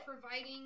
providing